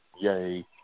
Yay